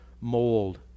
mold